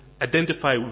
Identify